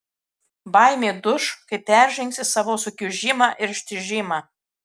baimė duš kai peržengsi savo sukiužimą ir ištižimą